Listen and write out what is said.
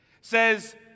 says